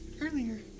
earlier